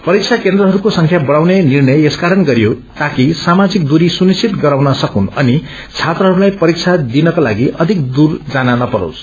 परीक्षा केन्द्रहरूको संख्या बढ़ाउने निर्णय यस कारण गरियो ताकि सामाजिक दूरी सुनिश्वित गराउन सकून् अनि छात्राहस्ताई परीक्षा दिइनका लागि अधिक दूर जान नपरोस्